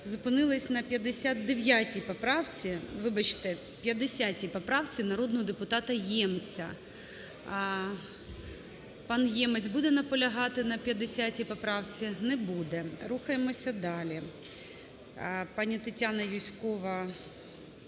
вибачте, 50 поправці народного депутата Ємця. Пан Ємець буде наполягати на 50 поправці? Не буде. Рухаємося далі.